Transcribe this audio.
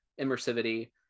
immersivity